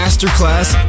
Masterclass